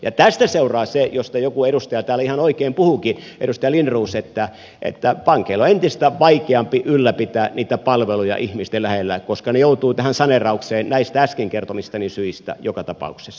ja tästä seuraa se josta joku edustaja täällä ihan oikein puhuikin edustaja lindroos että pankkien on entistä vaikeampi ylläpitää niitä palveluja ihmisten lähellä koska ne joutuvat tähän saneeraukseen näistä äsken kertomistani syistä joka tapauksessa